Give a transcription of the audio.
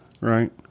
right